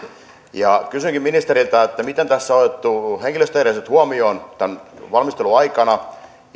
kysynkin ministeriltä miten tässä on otettu henkilöstöjärjestöt huomioon tämän valmistelun aikana